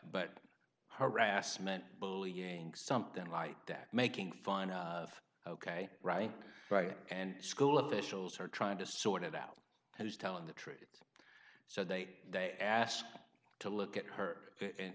but harassment bullying something like that making fun of ok right right and school officials are trying to sort it out who's telling the truth so they they ask to look at her and